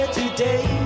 today